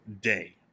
day